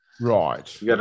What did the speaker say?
Right